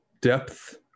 depth